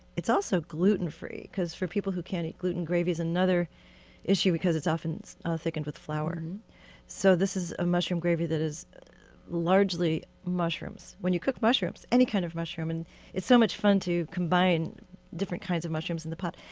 it's also gluten-free because for people who can't eat gluten, gravy is another issue because it's often ah thickened with flour and so this is a mushroom gravy that is largely mushrooms. when you cook mushrooms any kind of mushroom and it's so much fun to combine different kinds of mushrooms in the pot.